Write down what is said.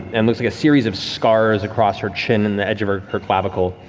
and looks like a series of scars across her chin and the edge of her her clavicle.